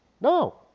No